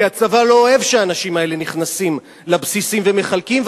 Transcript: כי הצבא לא אוהב שהאנשים האלה נכנסים לבסיסים ומחלקים,